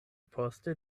poste